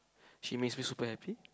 she makes me super happy